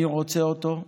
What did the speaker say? אני רוצה אותו.